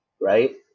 right